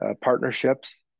partnerships